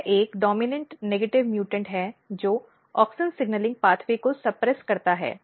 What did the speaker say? यह एक डोमिनेंट नकारात्मक म्यूटॅन्ट है जो ऑक्सिन सिग्नलिंग मार्ग को दबा देता है